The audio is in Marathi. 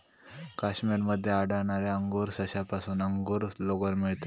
काश्मीर मध्ये आढळणाऱ्या अंगोरा सशापासून अंगोरा लोकर मिळते